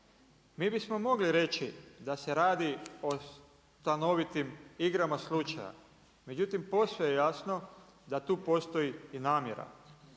Mi bismo mogli reći da se radi o stanovitim igrama slučaja, međutim posve je jasno da tu postoji i namjera.